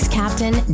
captain